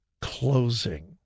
closing